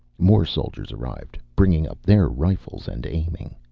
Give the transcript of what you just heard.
more soldiers arrived, bringing up their rifles and aiming.